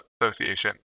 association